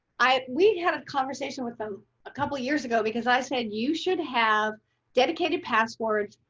i we had a conversation with them a couple years ago because i said you should have dedicated passwords.